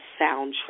soundtrack